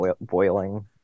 boiling